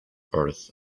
earth